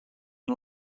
and